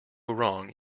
wrong